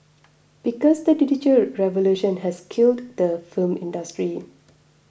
because the digital revolution has killed the film industry